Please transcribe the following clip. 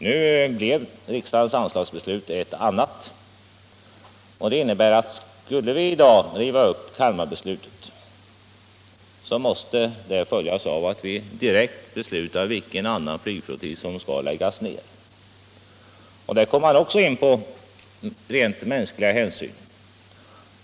Nu blev riksdagens beslut ett annat, vilket innebär att skulle vi i dag riva upp Kalmarbeslutet, så måste detta följas av att vi direkt beslutar om vilken annan flygflottilj som skall läggas ned. Och där kommer man in på rent mänskliga hänsyn.